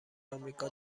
آمریکا